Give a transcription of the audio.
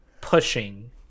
pushing